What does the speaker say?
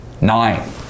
Nine